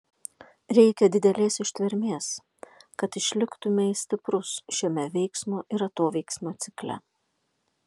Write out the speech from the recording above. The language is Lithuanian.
reikia didelės ištvermės kad išliktumei stiprus šiame veiksmo ir atoveiksmio cikle